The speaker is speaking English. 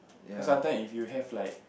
cause sometime if you have like